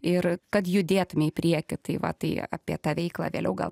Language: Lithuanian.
ir kad judėtume į priekį tai va tai apie tą veiklą vėliau gal